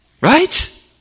Right